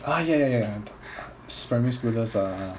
ah ya ya ya ya primary schoolers are